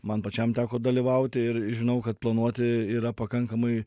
man pačiam teko dalyvauti ir žinau kad planuoti yra pakankamai